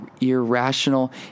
irrational